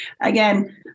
Again